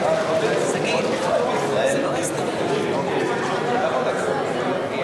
(מס' 179), התשע"א 2011, נתקבל.